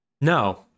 No